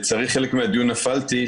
לצערי, בחלק מהדיון נפלתי.